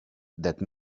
that